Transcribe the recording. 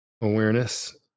Awareness